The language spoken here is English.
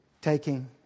Taking